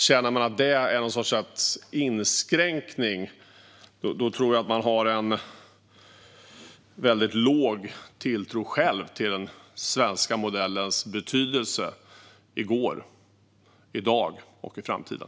Känner man att det är en sorts inskränkning, då tror jag att man har en väldigt låg tilltro till den svenska modellens betydelse i går, i dag och i framtiden.